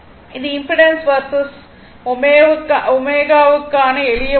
இது impedance versus ω க்கான எளிய ப்லாட் ஆகும்